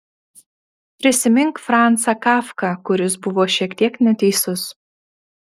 prisimink francą kafką kuris buvo šiek tiek neteisus